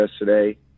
yesterday